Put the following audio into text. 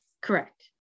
Correct